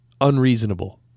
unreasonable